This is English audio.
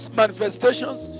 manifestations